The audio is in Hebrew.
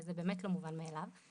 זה באמת לא מובן מאליו.